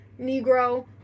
Negro